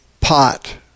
pot